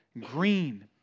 green